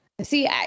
See